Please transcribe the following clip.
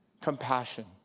compassion